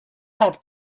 have